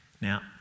Now